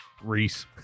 Reese